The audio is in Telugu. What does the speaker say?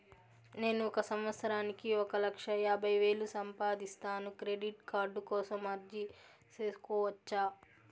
నేను ఒక సంవత్సరానికి ఒక లక్ష యాభై వేలు సంపాదిస్తాను, క్రెడిట్ కార్డు కోసం అర్జీ సేసుకోవచ్చా?